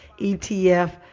ETF